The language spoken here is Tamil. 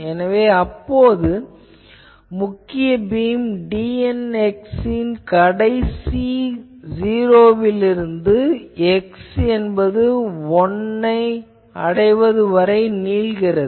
எனவே அப்போது முக்கிய பீம் Tn ன் கடைசி '0' விலிருந்து x என்பது 1 ஐ அடைவது வரை நீள்கிறது